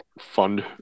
fund